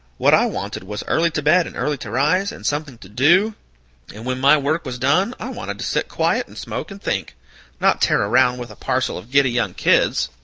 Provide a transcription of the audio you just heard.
what i wanted was early to bed and early to rise, and something to do and when my work was done, i wanted to sit quiet, and smoke and think not tear around with a parcel of giddy young kids.